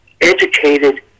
educated